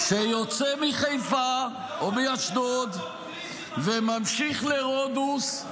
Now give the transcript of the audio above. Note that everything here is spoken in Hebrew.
-- שיוצא מחיפה או מאשדוד וממשיך לרודוס,